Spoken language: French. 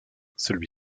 celui